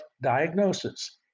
diagnosis